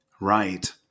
Right